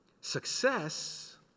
Success